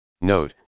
Note